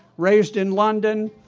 raised in london.